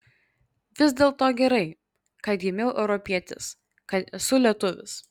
vis dėlto gerai kad gimiau europietis kad esu lietuvis